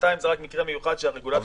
שנתיים זה רק מקרה מיוחד שהרגולטור